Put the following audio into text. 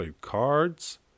cards